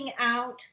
out